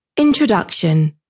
Introduction